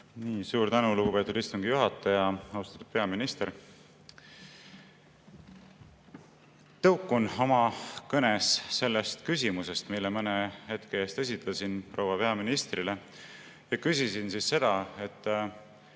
Suur tänu, lugupeetud istungi juhataja! Austatud peaminister! Tõukun oma kõnes sellest küsimusest, mille mõne hetke eest esitasin proua peaministrile. Küsisin seda, et